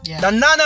Nana